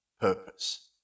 purpose